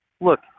Look